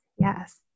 yes